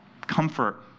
comfort